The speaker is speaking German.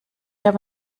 habe